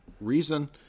reason